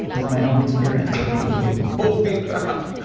it is my own experience working with people. holy crap.